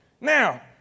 now